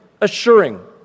assuring